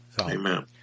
Amen